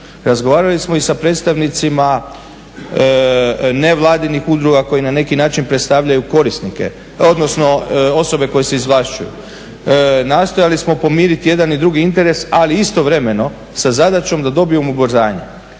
Razgovarali smo i sa predstavnicima nevladinih udruga koji na neki način predstavljaju korisnike, odnosno osobe koje se izvlašćuje. Nastojali smo pomiriti jedan i drugi interes ali istovremeno sa zadaćom da dobijemo ubrzanje.